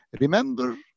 Remember